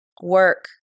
work